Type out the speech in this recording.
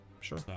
Sure